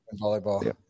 volleyball